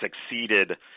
succeeded